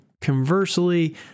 conversely